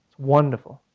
wonderful.